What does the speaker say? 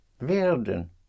Werden